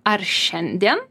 ar šiandien